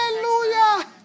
Hallelujah